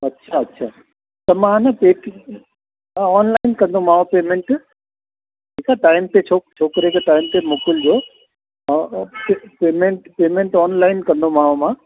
अछा अछा त मां न पेटीअम हा ऑनलाइन कंदोमांव पेमैंट ठीक आ टाइम ते छोक छोकिरे खे टाइम ते मोकिलिजो हा अऊं पे पेमैंट पेमैंट ऑनलाइन कंदोमाव मां